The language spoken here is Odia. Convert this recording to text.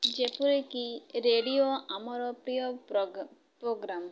ଯେପରିକି ରେଡ଼ିଓ ଆମର ପ୍ରିୟ ପ୍ରୋଗ୍ରାମ୍